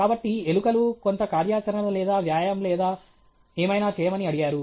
కాబట్టి ఎలుకలు కొంత కార్యాచరణ లేదా వ్యాయామం లేదా ఏమైనా చేయమని అడిగారు